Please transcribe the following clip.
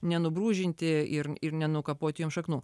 nenubrūžinti ir ir nenukapoti jiem šaknų